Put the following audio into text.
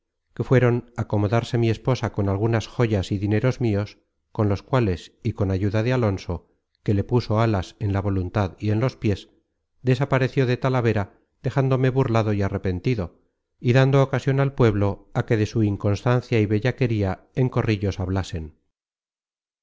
que fueron acomodarse mi esposa con algunas joyas y dineros mios con los cuales y con ayuda de alonso que le puso alas en la voluntad y en los piés desapareció de talavera dejándome burlado y arrepentido y dando ocasion al pueblo á que de su inconstancia y bellaquería en corrillos